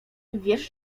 wiesz